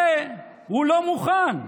לזה הוא לא מוכן.